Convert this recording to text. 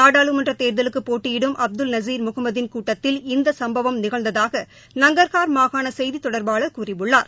நாடாளுமன்ற தேர்தலுக்கு போட்டியிடும் அப்துல் நஸீர் முகமதின் கூட்டத்தில் இந்த சும்பவம் நிகழ்ந்ததாக நங்கர்கார் மாகாண செய்தி தொடர்பாளர் கூறியுள்ளார்